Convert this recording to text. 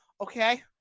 okay